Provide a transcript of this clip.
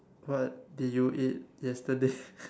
what did you eat yesterday